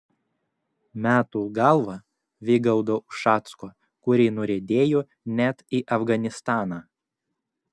metų galva vygaudo ušacko kuri nuriedėjo net į afganistaną